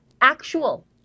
actual